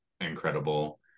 incredible